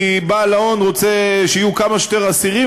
כי בעל ההון רוצה שיהיו כמה שיותר אסירים